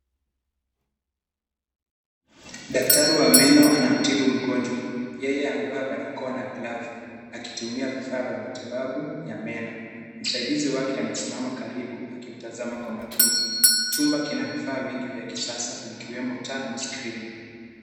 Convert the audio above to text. Daktari wa meno anamtibu mgonjwa. Yeye amevaa barakoa na glavu akitumia vifaa vya matibabu ya meno. Msaidizi wake amesimama karibu akimtazama kwa makini. Chumba kina vifaa vingi vya kisasa vikiwemo taa na screen .